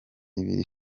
ibiri